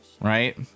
right